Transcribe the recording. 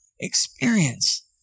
experience